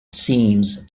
seems